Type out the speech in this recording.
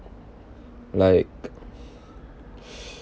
like